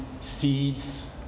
seeds